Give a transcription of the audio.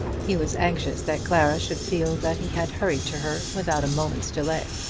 he was anxious that clara should feel that he had hurried to her without a moment's delay.